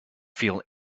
feel